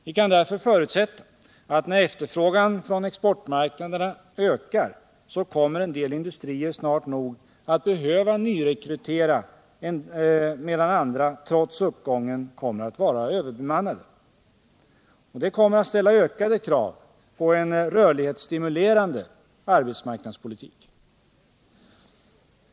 Vi kan därför förutsätta att när efterfrågan från exportmarknaderna ökar, så kommer en del industrier snart nog att behöva nyrekrytera, medan andra trots uppgången kommer att vara överbemannade. Det kommer att ställa ökade krav på en rörlighetsstimulerande arbetsmarknadspolitik.